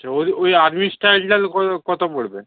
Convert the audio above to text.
ওই ওই আর্মি স্টাইলটা কত পড়বে